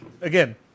again